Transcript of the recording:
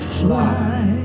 fly